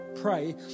pray